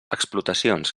explotacions